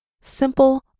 simple